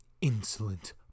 insolent